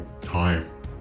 time